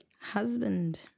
Husband